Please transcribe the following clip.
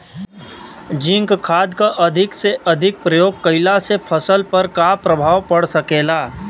Zinc खाद क अधिक से अधिक प्रयोग कइला से फसल पर का प्रभाव पड़ सकेला?